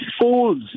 fools